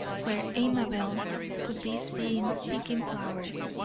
where amabel could be seen picking flowers.